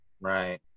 Right